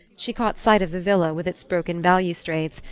she caught sight of the villa, with its broken balustrades,